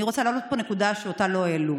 אני רוצה להעלות פה נקודה שלא העלו.